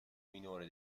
minore